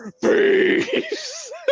peace